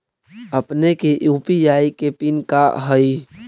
अपने के यू.पी.आई के पिन का हई